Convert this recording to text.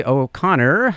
O'Connor